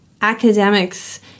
academics